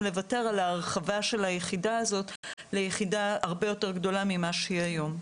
לוותר על ההרחבה של היחידה הזאת ליחידה הרבה יותר גדולה ממה שהיא היום.